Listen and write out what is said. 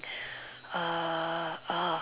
uh uh